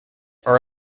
are